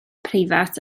preifat